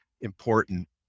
important